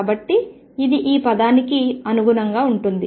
కాబట్టి ఇది ఈ పదానికి అనుగుణంగా ఉంటుంది